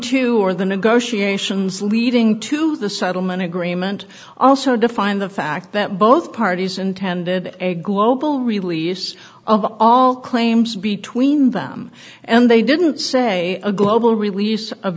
to or the negotiations leading to the settlement agreement also defined the fact that both parties intended a global release of all claims between them and they didn't say a global release of